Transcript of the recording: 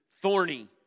thorny